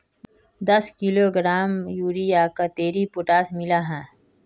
दस किलोग्राम यूरियात कतेरी पोटास मिला हाँ?